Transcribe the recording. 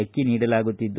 ಅಕ್ಕಿ ನೀಡಲಾಗುತ್ತಿದೆ